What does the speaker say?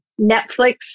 Netflix